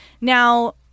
Now